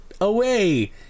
away